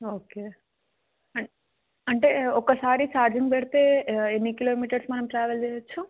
okay అంటే ఒక్కసారి charging పెడితే ఎన్ని కిలోమీటర్స్ మనం ట్రావెల్ చెయ్యచ్చు